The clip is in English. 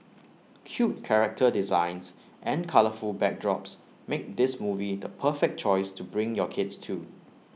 cute character designs and colourful backdrops make this movie the perfect choice to bring your kids to